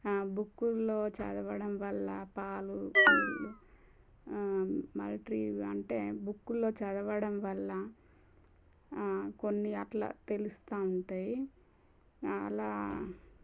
బుక్కుల్లో చదవడం వల్ల పాలు అంటే బుక్కుల్లో చదవడం వల్ల కొన్ని అలా తెలుస్తూ ఉంటాయి అలా